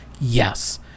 Yes